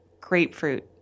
Grapefruit